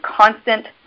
constant